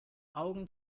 augen